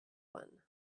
one